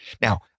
Now